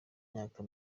myaka